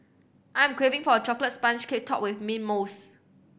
I'm craving for a chocolate sponge cake topped with mint mousse